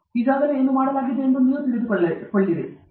ನಂತರ ಈಗಾಗಲೇ ಏನು ಮಾಡಲಾಗಿದೆಯೆಂದು ನೀವು ತಿಳಿದುಕೊಳ್ಳುತ್ತೀರಿ